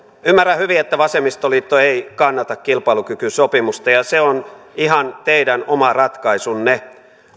ymmärrän hyvin että vasemmistoliitto ei kannata kilpailukykysopimusta ja se on ihan teidän oma ratkaisunne